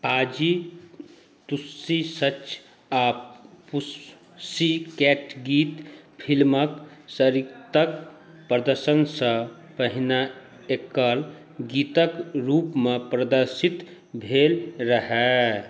पाजी Tussi such a pussycat गीत फिलिमके सङ्गीतके प्रदर्शनसँ पहिले एकल गीतके रूपमे प्रदर्शित भेल रहै